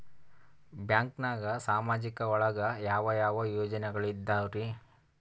ಬ್ಯಾಂಕ್ನಾಗ ಸಾಮಾಜಿಕ ಒಳಗ ಯಾವ ಯಾವ ಯೋಜನೆಗಳಿದ್ದಾವ್ರಿ?